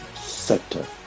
sector